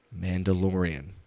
Mandalorian